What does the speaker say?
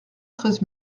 treize